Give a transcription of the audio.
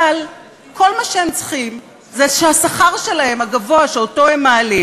אבל כל מה שהם צריכים זה שהשכר שלהם הגבוה שאותו הם מעלים